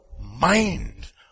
mind